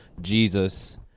Jesus